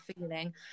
feeling